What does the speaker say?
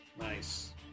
Nice